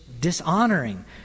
dishonoring